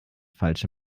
falsche